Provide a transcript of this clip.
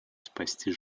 спасти